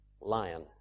Lion